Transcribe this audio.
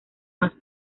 más